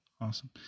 awesome